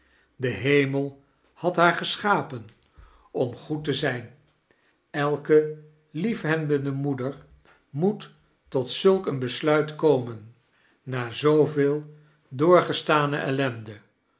de hemel had haar geschapen ohi goed te zijn elke liefhebbende moeder moet tot zulk een besluit komen na zooveel doorgestane ellende